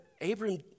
Abraham